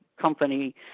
Company